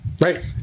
right